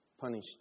punished